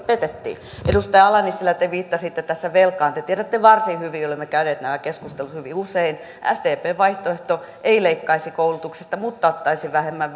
petettiin edustaja ala nissilä te viittasitte tässä velkaan te tiedätte varsin hyvin olemme käyneet nämä keskustelut hyvin usein sdpn vaihtoehto ei leikkaisi koulutuksesta mutta ottaisi vähemmän